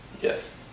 Yes